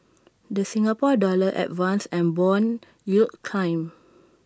the Singapore dollar advanced and Bond yields climbed